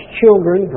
children